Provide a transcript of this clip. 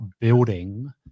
building